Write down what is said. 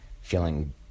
feeling